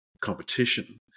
competition